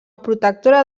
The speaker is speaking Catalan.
protectora